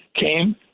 came